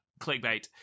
clickbait